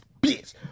bitch